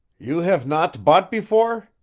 you have not bought before?